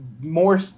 More